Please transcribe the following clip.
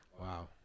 Wow